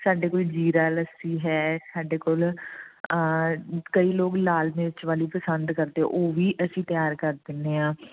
ਸਾਡੇ ਕੋਲ ਜੀਰਾ ਲੱਸੀ ਹੈ ਸਾਡੇ ਕੋਲ ਕਈ ਲੋਕ ਲਾਲ ਮਿਰਚ ਵਾਲੀ ਪਸੰਦ ਕਰਦੇ ਉਹ ਵੀ ਅਸੀਂ ਤਿਆਰ ਕਰ ਦਿੰਦੇ ਹਾਂ